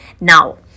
Now